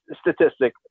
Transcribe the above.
statistic